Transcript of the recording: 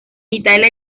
italia